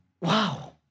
wow